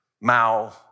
Mao